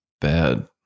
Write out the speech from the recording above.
bad